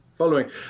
following